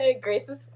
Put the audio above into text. Grace's